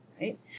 right